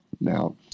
Now